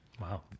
Wow